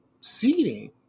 seating